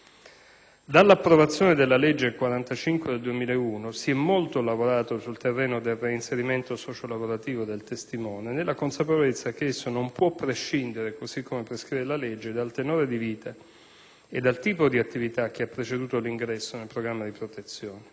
Dall'approvazione della legge n. 45 del 2001 si è molto lavorato sul terreno del reinserimento socio-lavorativo del testimone, nella consapevolezza che esso non può prescindere, così come prescrive la legge, dal tenore di vita e dal tipo di attività che ha preceduto l'ingresso nel programma di protezione.